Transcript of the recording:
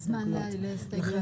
זמן להסתייגויות.